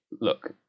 look